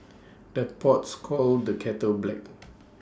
the pots calls the kettle black